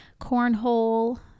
cornhole